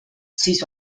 siis